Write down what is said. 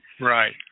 Right